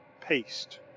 paste